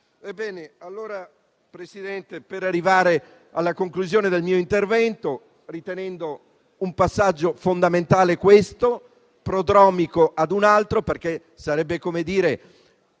Signor Presidente, per arrivare alla conclusione del mio intervento, ritengo questo un passaggio fondamentale, ma prodromico ad un altro, perché sarebbe come dire